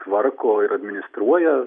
tvarko ir administruoja